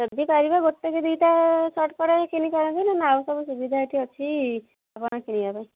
ଯଦି ପାରିବେ ଗୋଟେ କି ଦୁଇଟା ସର୍ଟ ପଡ଼େ କିଣିପାରନ୍ତି ନହେନେ ଆଉ ସବୁ ସୁବିଧା ଏଠି ଅଛି ଆପଣ କିଣିବାପାଇଁ